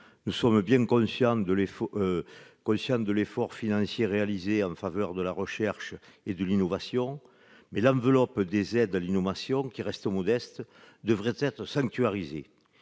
Nous sommes bien conscients de l'effort financier réalisé en faveur de la recherche et de l'innovation, mais l'enveloppe des aides à l'innovation, qui reste modeste, devrait être sanctuarisée.